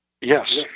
Yes